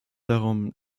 darum